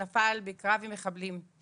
נפל בקרב עם מחבלים.